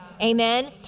amen